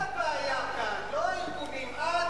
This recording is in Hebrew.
את הבעיה כאן, את הבעיה כאן, לא הארגונים.